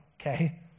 okay